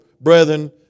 brethren